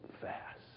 Fast